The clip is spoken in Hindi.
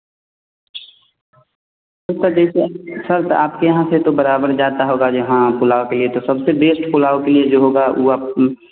अच्छा जैसे सर आपके यहाँ से तो बराबर जाता होगा जहाँ पुलाव के लिए तो सबसे बेस्ट पुलाव के लिए जो होगा वह आप